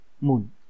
moon